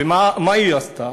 ומה היא עשתה?